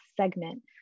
segment